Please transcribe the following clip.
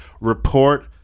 Report